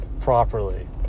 properly